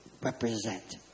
represent